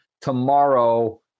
tomorrow